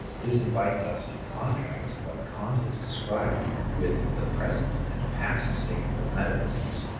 this invites us to contrast what kant is describing with the present and past state of metaphysics.